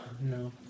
No